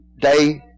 day